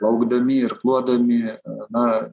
plaukdami irkluodami na